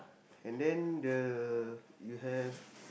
and then the you have